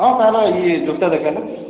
ହଁ ତା'ହେଲେ ଇଏ ଜୋତା ଦୋକାନ